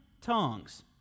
tongues